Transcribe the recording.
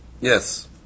Yes